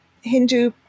Hindu